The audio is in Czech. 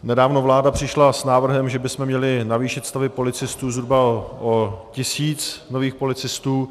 Nedávno vláda přišla s návrhem, že bychom měli navýšit stavy policistů zhruba o tisíc nových policistů.